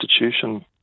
institution